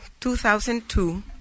2002